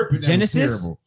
Genesis